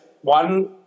one